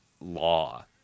Law